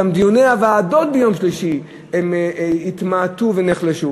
גם דיוני הוועדות ביום שלישי התמעטו ונחלשו.